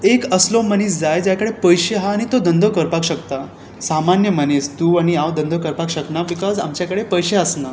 एक असलो मनीस जाय ज्याचे कडेन पयशे आसा आनी तो धंदो करपाक शकता सामान्य मनीस तूं आनी हांव धंदो करपाक शकना बिकॉज आमच्या कडेन पयशे आसना